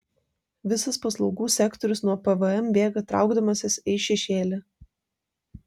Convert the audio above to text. visas paslaugų sektorius nuo pvm bėga traukdamasis į šešėlį